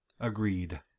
Agreed